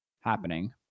happening